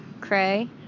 cray